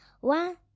One